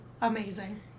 amazing